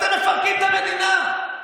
אתם מפרקים את המדינה.